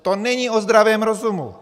To není o zdravém rozumu.